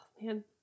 man